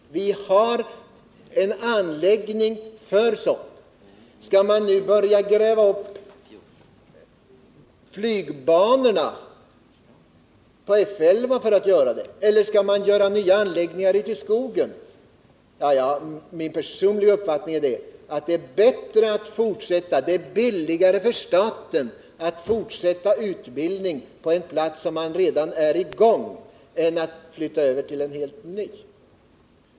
Vi har en anläggning för sådan utbildning. Skall man nu börja gräva upp flygbanorna på F 11 eller skall man bygga nya anläggningar ute i skogen? Min personliga uppfattning är att det är bättre och billigare för staten att fortsätta en utbildning på en plats där man redan är i gång än att flytta över till en helt ny plats.